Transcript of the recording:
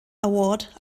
award